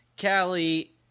Callie